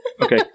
Okay